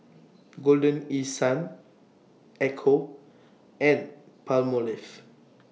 Golden East Sun Ecco and Palmolive